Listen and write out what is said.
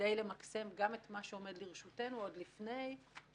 כדי למקסם גם את מה שעומד לרשותנו עוד לפני שהשקענו